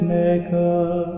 Maker